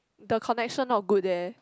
the connection not good there